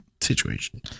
situation